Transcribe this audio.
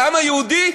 לעם היהודי,